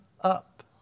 up